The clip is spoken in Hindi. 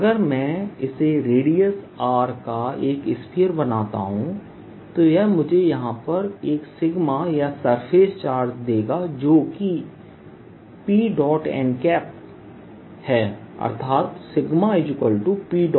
अगर मैं इसे रेडियस का एक स्फीयर बनाता हूं तो यह मुझे यहां एक सिग्मा या सरफेस चार्ज देगा जो कि P n है अर्थात P n